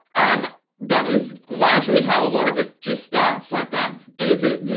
um that is largely how a lot of it just starts like that, is it?